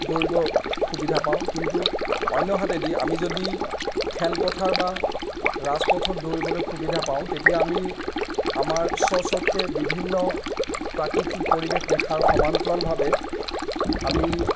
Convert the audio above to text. দৌৰিব সুবিধা পাওঁ কিন্তু অন্যহাতেদি আমি যদি খেলপথাৰ বা ৰাজপথত দৌৰিবলৈ সুবিধা পাওঁ তেতিয়া আমি আমাৰ স্বচক্ষে বিভিন্ন প্ৰাকৃতিক পৰিৱেশ দেখাৰ সমান্তৰালভাৱে আমি